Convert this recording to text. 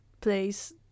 place